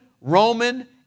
Roman